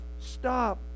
Stop